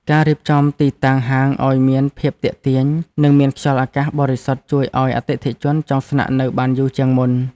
ការរៀបចំទីតាំងហាងឱ្យមានភាពទាក់ទាញ និងមានខ្យល់អាកាសបរិសុទ្ធជួយឱ្យអតិថិជនចង់ស្នាក់នៅបានយូរជាងមុន។